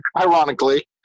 Ironically